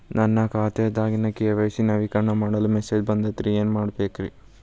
ನನ್ನ ಖಾತೆಯ ಕೆ.ವೈ.ಸಿ ನವೇಕರಣ ಮಾಡಲು ಮೆಸೇಜ್ ಬಂದದ್ರಿ ಏನ್ ಮಾಡ್ಬೇಕ್ರಿ?